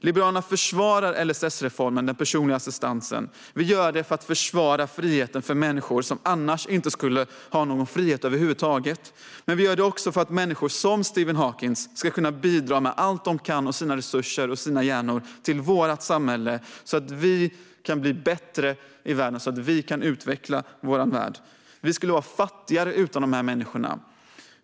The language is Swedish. Liberalerna försvarar LSS-reformen och den personliga assistansen för att värna friheten för människor som annars inte skulle ha någon frihet över huvud taget. Vi gör det också för att människor som Stephen Hawking ska kunna bidra med sina resurser och sina hjärnor till vårt samhälle så att världen kan utvecklas och bli bättre. Vi skulle vara fattigare utan dessa människor.